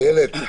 איילת,